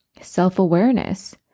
self-awareness